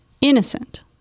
innocent